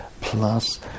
plus